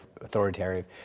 authoritarian